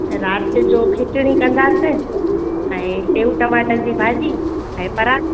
ऐं राति जो खिचड़ी कंदासीं ऐं सेव टमाटर जी भाॼी ऐं पराठा